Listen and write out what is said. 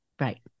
Right